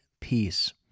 peace